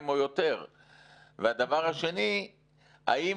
דרך אגב,